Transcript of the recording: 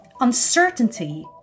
Uncertainty